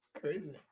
crazy